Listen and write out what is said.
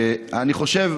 אני חושב,